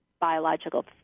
biological